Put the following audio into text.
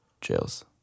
jails